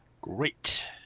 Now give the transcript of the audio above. Great